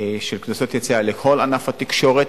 של קנסות יציאה בכל ענף התקשורת.